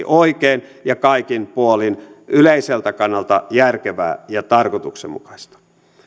oikein ja kaikin puolin yleiseltä kannalta järkevää ja tarkoituksenmukaista